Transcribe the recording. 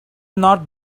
not